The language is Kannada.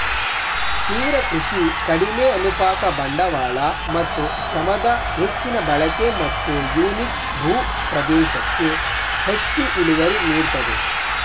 ತೀವ್ರ ಕೃಷಿ ಕಡಿಮೆ ಅನುಪಾತ ಬಂಡವಾಳ ಮತ್ತು ಶ್ರಮದ ಹೆಚ್ಚಿನ ಬಳಕೆ ಮತ್ತು ಯೂನಿಟ್ ಭೂ ಪ್ರದೇಶಕ್ಕೆ ಹೆಚ್ಚು ಇಳುವರಿ ನೀಡ್ತದೆ